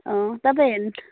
अँ तपाईँ हेर्